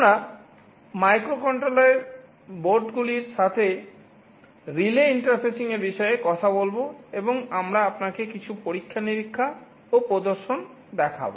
আমরা মাইক্রোকন্ট্রোলার বোর্ডগুলির সাথে রিলে ইন্টারফেসিংয়ের দেখাব